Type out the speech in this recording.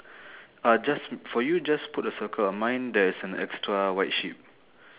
uh just for you just put a circle mine there's an extra white sheep